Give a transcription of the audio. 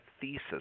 thesis